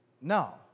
No